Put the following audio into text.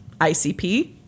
ICP